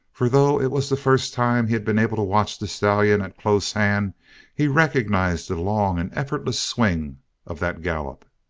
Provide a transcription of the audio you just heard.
for though it was the first time he had been able to watch the stallion at close hand he recognized the long and effortless swing of that gallop.